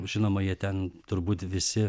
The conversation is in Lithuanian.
žinoma jie ten turbūt visi